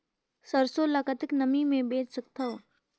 सरसो ल कतेक नमी मे बेच सकथव?